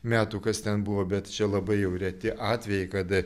metų kas ten buvo bet čia labai jau reti atvejai kada